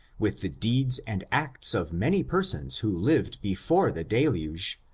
with the deeds and acts of many persons who lived before the deluge,